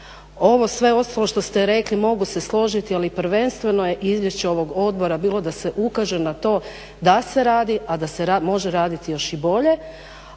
Ovo sve ostalo što ste rekli mogu se složiti ali prvenstveno je izvješće ovog Odbora bilo da se ukaže na to da se radi, a da se može raditi još i bolje.